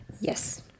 Yes